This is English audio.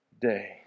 day